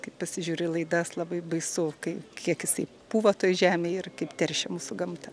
kai pasižiūri laidas labai baisu kai kiek jisai pūva toj žemėj ir kaip teršia mūsų gamtą